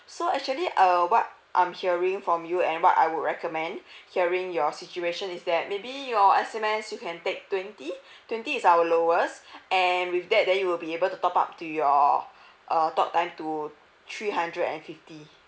so actually uh what I'm hearing from you and what I would recommend hearing your situation is that maybe your S_M_S you can take twenty twenty is our lowest and with that then you will be able to top up to your err talk time to three hundred and fifty